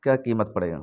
کیا قیمت پڑے گا